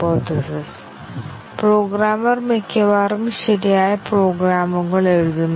എല്ലാവർക്കും ഉത്തരം നൽകാൻ കഴിയുമെന്ന് ഞാൻ കരുതുന്നു